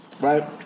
right